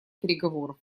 переговоров